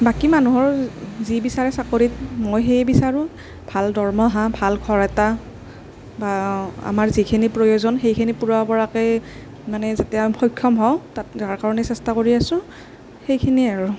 বাকী মানুহৰ যি বিচাৰে চাকৰিত মই সেয়ে বিচাৰোঁ ভাল দৰমহা ভাল ঘৰ এটা বা আমাৰ যিখিনি প্ৰয়োজন সেইখিনি পূৰাব পৰাকৈ মানে যাতে সক্ষম হওঁ তাৰ কাৰণে চেষ্টা কৰি আছোঁ সেইখিনিয়েই আৰু